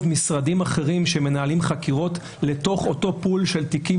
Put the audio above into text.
משרדים אחרים שמנהלים חקירות לתוך אותו פול של תיקים